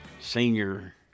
senior